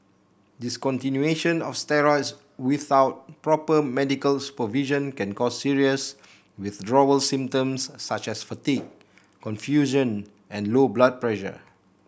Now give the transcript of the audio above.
discontinuation of steroids without proper medical supervision can cause serious withdrawal symptoms such as fatigue confusion and low blood pressure